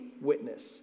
witness